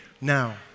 Now